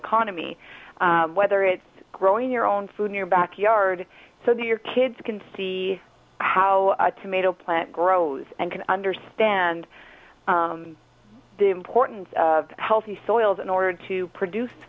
economy whether it's growing your own food in your backyard so that your kids can see how a tomato plant grows and can understand the importance of healthy soils in order to produce